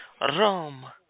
Rome